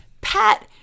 Pat